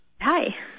Hi